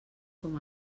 com